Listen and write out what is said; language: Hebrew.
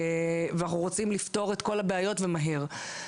אנחנו רוצים לפתור את כל הבעיות ומהר.